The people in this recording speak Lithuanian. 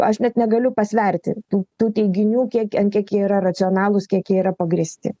aš net negaliu pasverti tų tų teiginių kiek kiek jie yra racionalūs kiek jie yra pagrįsti